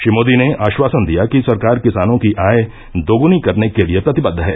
श्री मोदी ने आश्वासन दिया कि सरकार किसानों की आय दोगुनी करने के लिए प्रतिबद्ध है